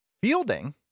Fielding